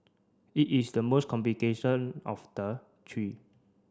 it is the most complication of the three